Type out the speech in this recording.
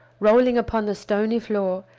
rolling upon the stony floor,